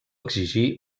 exigir